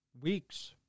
weeks